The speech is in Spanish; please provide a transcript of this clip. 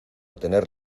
tener